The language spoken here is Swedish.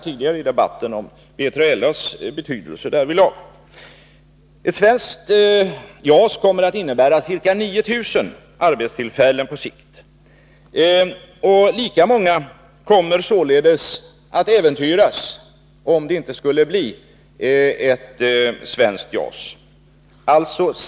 Tidigare i debatten har B3LA:s betydelse därvidlag framhållits.